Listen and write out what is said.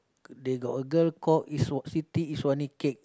they got a girl called iswa~ Siti-Iswani cake